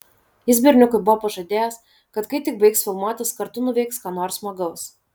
jis berniukui buvo pažadėjęs kad kai tik baigs filmuotis kartu nuveiks ką nors smagaus